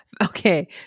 Okay